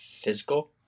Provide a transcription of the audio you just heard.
physical